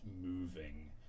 moving